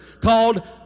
called